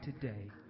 today